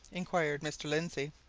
inquired mr. lindsey.